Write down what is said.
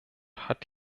hat